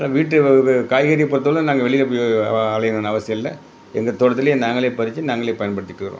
வீட்டு உணவுக்கு காய்கறி பொறுத்தளவு நாங்கள் வெளியில் போய் அலையணும்னு அவசியம் இல்லை எங்கள் தோட்டத்திலே நாங்களே பறித்து நாங்களே பயன்படுத்திகிட்டு வரோம்